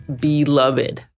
beloved